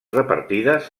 repartides